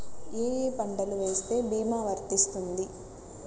ఏ ఏ పంటలు వేస్తే భీమా వర్తిస్తుంది?